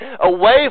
away